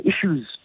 issues